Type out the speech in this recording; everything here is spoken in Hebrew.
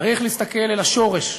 צריך להסתכל אל השורש.